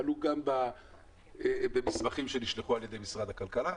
הן עלו גם במסמכים שנשלחו על-ידי משרד הכלכלה.